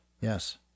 yes